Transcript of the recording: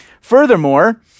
Furthermore